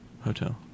Hotel